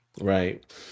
Right